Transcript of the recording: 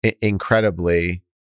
incredibly